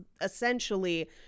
essentially